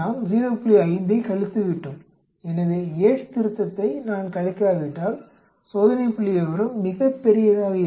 5 ஐக் கழித்துவிட்டோம் எனவே யேட்ஸ் திருத்தத்தை நான் கழிக்காவிட்டால் சோதனை புள்ளிவிவரம் மிகப் பெரியதாக இருக்கும்